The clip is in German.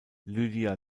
lydia